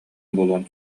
буолуон